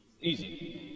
Easy